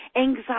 anxiety